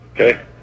Okay